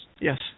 Yes